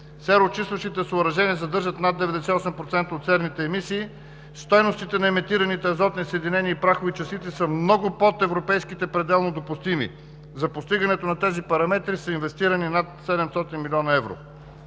Сероочистващите съоръжения задържат над 98% от серните емисии. Стойностите на емитираните азотни съединения и прахови частици са много под европейските пределно допустими. За постигането на тези параметри са инвестирани над 700 млн. евро.